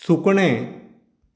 सुकणें